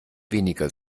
weniger